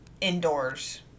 indoors